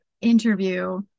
interview